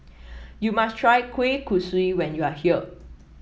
you must try Kueh Kosui when you are here